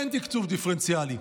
אין תקצוב דיפרנציאלי,